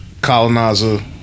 colonizer